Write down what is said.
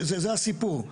זה הסיפור.